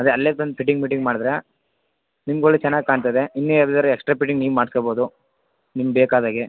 ಅದೆ ಅಲ್ಲೇ ಬಂದು ಫಿಟ್ಟಿಂಗ್ ಗಿಟಿಂಗ್ ಮಾಡಿದ್ರೆ ನಿಮ್ಗೆ ಒಳ್ಳೆ ಚೆನ್ನಾಗಿ ಕಾಣ್ತದೆ ಇನ್ನು ಯಾವುದಾದರೆ ಎಕ್ಸ್ಟ್ರಾ ಪಿಟ್ಟಿಂಗ್ ನೀವು ಮಾಡಿಸ್ಕೊಬೋದು ನಿಮ್ಗೆ ಬೇಕಾದ ಹಾಗೆ